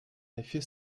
effet